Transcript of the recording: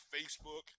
Facebook